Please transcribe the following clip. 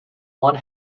one